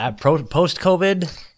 post-COVID